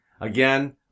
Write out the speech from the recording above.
Again